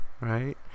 right